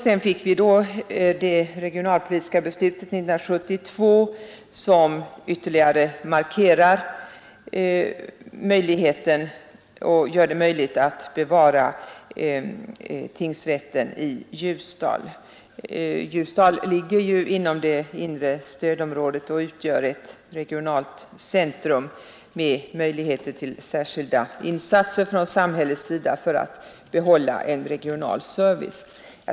Sedan fick vi det regionalpolitiska beslutet 1972, som ytterligare gör det möjligt att bevara tingsrätten i Ljusdal, som ligger inom det inre stödområdet och utgör ett regionalt centrum med möjligheter till särskilda insatser från samhällets sida för att man skall kunna behålla en regional service.